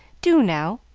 do, now,